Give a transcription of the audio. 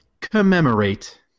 commemorate